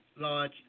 large